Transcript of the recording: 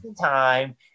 time